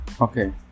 okay